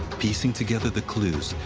piecing together the clues,